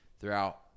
throughout